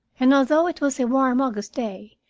and although it was a warm august day,